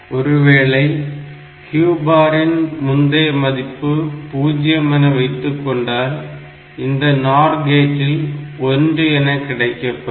ஒருவேளை Q பாரின் முந்தைய மதிப்பு 0 என வைத்துக்கொண்டால் இந்த NOR கேட்டில் 1 என கிடைக்கப்பெறும்